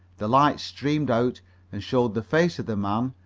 the light streamed out and showed the face of the man.